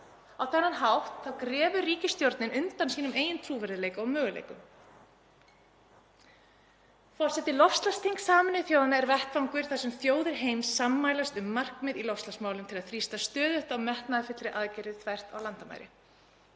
Á þennan hátt grefur ríkisstjórnin undan sínum eigin trúverðugleika og möguleikum. Forseti. Loftslagsþing Sameinuðu þjóðanna er vettvangur þar sem þjóðir heims sammælast um markmið í loftslagsmálum til að þrýsta stöðugt á metnaðarfyllri aðgerðir þvert á landamæri.